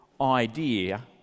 idea